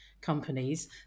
companies